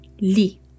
Li